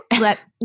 Let